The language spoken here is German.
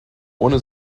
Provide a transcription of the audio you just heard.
ohne